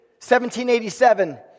1787